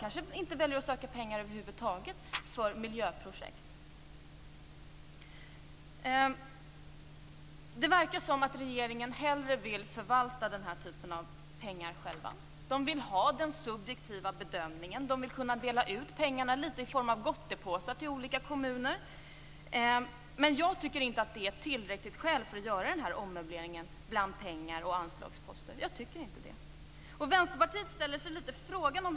Kanske väljer de kommunerna att över huvud taget inte söka pengar för miljöprojekt. Regeringen verkar hellre vilja förvalta den här typen av medel själv. Man vill ha den subjektiva bedömningen. Man vill kunna dela ut pengarna litet grand i form av "gottepåsar" till olika kommuner. Jag tycker inte att det är ett tillräckligt skäl för att göra den här ommöbleringen bland pengar och anslagsposter. Vi i Vänsterpartiet ställer oss litet frågande här.